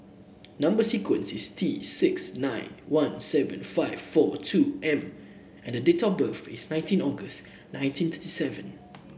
number sequence is T six nine one seven five four two M and the date of birth is nineteen August nineteen thirty seven